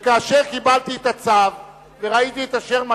כאשר קיבלתי את הצו וראיתי את אשר מקריאים,